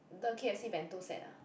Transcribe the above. the k_f_c bento set ah